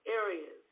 areas